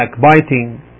backbiting